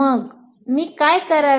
मग मी काय करावे